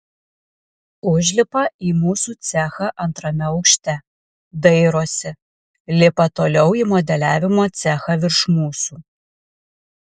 užlipa į mūsų cechą antrame aukšte dairosi lipa toliau į modeliavimo cechą virš mūsų